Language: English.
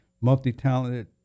multi-talented